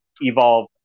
evolve